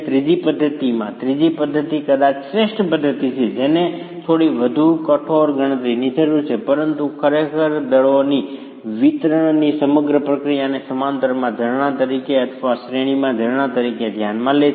ત્રીજી પદ્ધતિમાં ત્રીજી પદ્ધતિ કદાચ શ્રેષ્ઠ પદ્ધતિ છે જેને થોડી વધુ કઠોર ગણતરીની જરૂર છે પરંતુ ખરેખર દળોના વિતરણની સમગ્ર પ્રક્રિયાને સમાંતરમાં ઝરણા તરીકે અથવા શ્રેણીમાં ઝરણા તરીકે ધ્યાનમાં લે છે